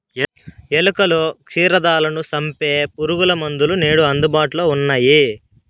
ఎలుకలు, క్షీరదాలను సంపె పురుగుమందులు నేడు అందుబాటులో ఉన్నయ్యి